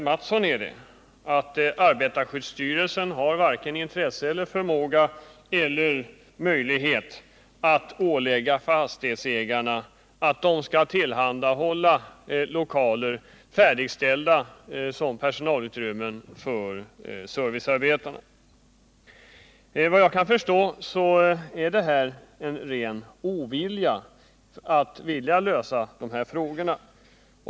Men arbetarskyddsstyrelsen har varken intresse, förmåga eller möjlighet att ålägga fastighetsägarna att tillhandahålla lokaler färdigställda som personalutrymmen för servicearbetarna. Såvitt jag kan förstå rör det sig här om en ren ovilja att lösa de här frågorna.